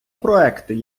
проекти